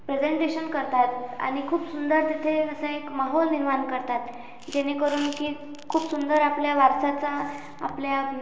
presentation करतात आणि खूप सुंदर तिथे असं एक माहोल निर्माण करतात जेणेकरून की खूप सुंदर आपल्या वारसाचा आपल्या